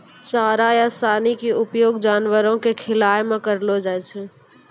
चारा या सानी के उपयोग जानवरों कॅ खिलाय मॅ करलो जाय छै